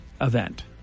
event